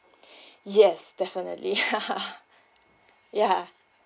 yes definitely ya